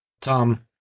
Tom